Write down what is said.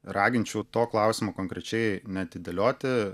raginčiau to klausimo konkrečiai neatidėlioti